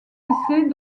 lycées